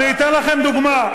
אני אתן לכם דוגמה.